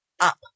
up